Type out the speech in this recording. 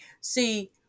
See